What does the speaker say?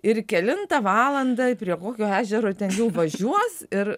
ir kelintą valandą prie kokio ežero ten jau važiuos ir